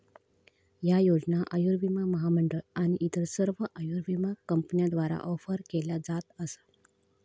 ह्या योजना आयुर्विमा महामंडळ आणि इतर सर्व आयुर्विमा कंपन्यांद्वारा ऑफर केल्या जात असा